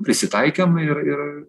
prisitaikėm ir ir